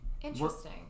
Interesting